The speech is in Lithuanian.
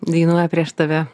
dainuoja prieš tave